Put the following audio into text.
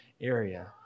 area